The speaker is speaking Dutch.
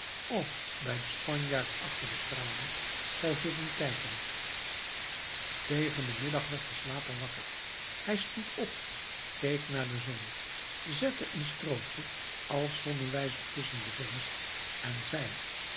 of bij den spanjaard achter de tralies zou zitten kijken tegen den middag werd de slaper wakker hij stond op keek naar de zon zette een strootje als zonnewijzer tusschen de vingers en zei